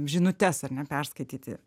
žinutes ar ne perskaityti